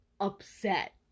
upset